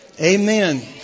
Amen